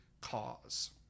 cause